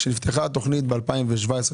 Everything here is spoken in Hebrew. כשנפתחה התוכנית ב-2017,